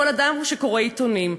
כל אדם שקורא עיתונים.